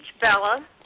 Bella